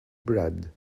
bread